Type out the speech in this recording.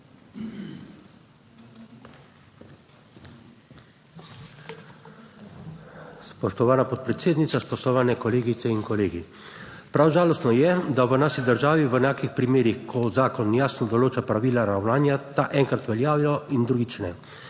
Spoštovana podpredsednica, spoštovani kolegice in kolegi! Prav žalostno je, da v naši državi v enakih primerih, ko zakon jasno določa pravila ravnanja, ta enkrat veljajo in drugič ne,